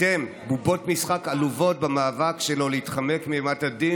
אתם בובות משחק עלובות במאבק שלו להתחמק מאימת הדין.